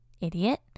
Idiot